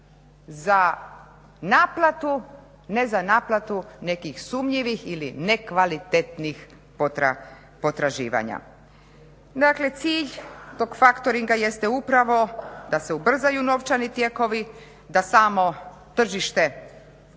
toka, ali ne za naplatu nekih sumnjivih ili nekvalitetnih potraživanja. Dakle, cilj tog factoringa jeste upravo da se ubrzaju novčani tijekovi, da samo tržište